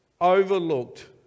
overlooked